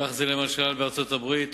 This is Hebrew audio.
כך בארצות-הברית,